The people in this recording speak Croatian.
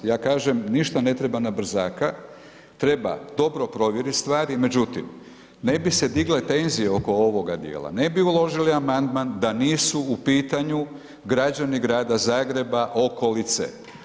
Ja kažem, ništa ne treba na brzaka, treba dobro provjeriti stvari, međutim ne bi se digle tenzije oko ovog dijela, ne bi uložili amandman da nisu u pitanju građani grada Zagreba, okolice.